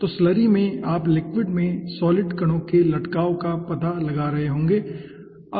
तो स्लरी में आप लिक्विड में सॉलिड कणों के लटकाव का पता लगा रहे होंगे ठीक है